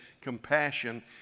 compassion